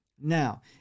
Now